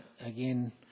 again